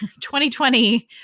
2020